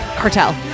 cartel